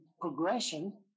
progression